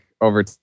over